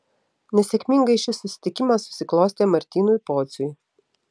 nesėkmingai šis susitikimas susiklostė martynui pociui